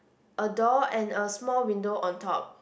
a door and a small window on top